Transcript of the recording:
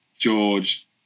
George